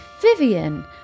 Vivian